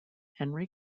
henry